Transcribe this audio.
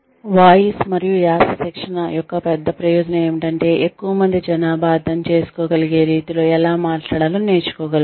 voice మరియు యాస శిక్షణ యొక్క పెద్ద ప్రయోజనం ఏమిటంటే ఎక్కువ మంది జనాభా అర్థం చేసుకోగలిగే రీతిలో ఎలా మాట్లాడాలో నేర్చుకోగలుగుతారు